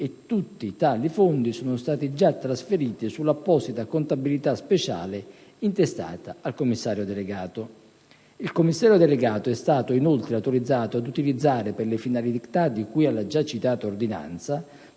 tutti tali fondi sono stati già trasferiti sull'apposita contabilità speciale intestata al Commissario delegato. Il Commissario delegato è stato inoltre autorizzato ad utilizzare, per le finalità di cui alla già citata ordinanza,